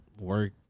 work